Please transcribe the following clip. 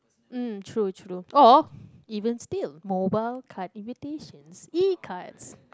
mm true true or even still mobile card invitations E-cards